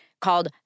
called